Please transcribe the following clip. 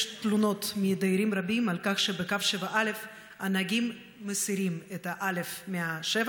יש תלונות מדיירים רבים על כך שבקו 7א הנהגים מסירים את ה"א" מה-"7"